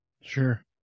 Sure